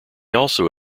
also